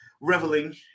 reveling